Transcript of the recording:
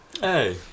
Hey